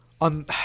on